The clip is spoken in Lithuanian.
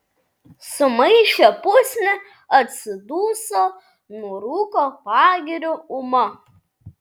sumaišė pusnį atsiduso nurūko pagiriu ūma